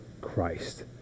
Christ